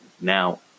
now